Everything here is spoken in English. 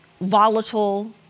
volatile